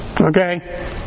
Okay